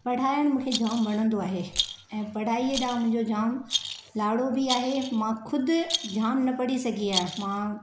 पढ़ाइनि मूंखे जाम वणंदो आहे ऐं पढ़ाईअ ॾाहुं हुनजो जाम लाड़ो बि आहे मां खुदि जाम न पढ़ी सघी आहियां मां